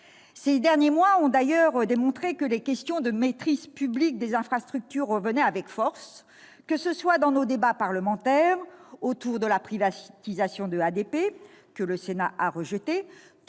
Ces derniers mois ont d'ailleurs démontré que les questions de maîtrise publique des infrastructures revenaient avec force, que ce soit dans nos débats parlementaires, autour de la privatisation d'Aéroports de Paris, ADP, que le Sénat a rejetée,